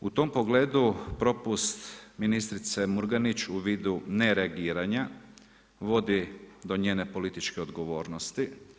U tom pogledu propust ministrice Murganić u vidu nereagiranja vodi do njene političke odgovornosti.